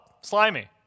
slimy